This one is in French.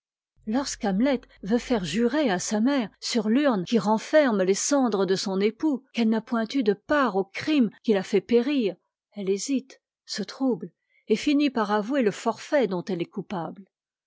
lorsque hamlet veut faire jurer à sa mère sur l'urne qui renferme les cendres de son époux qu'elle n'a point eu de part au crime qui l'a fait périr elle hésite se trouble et finit par avouer le forfait dont elle est coupable